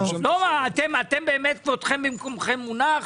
אתם באמת כבודכם במקומכם מונח,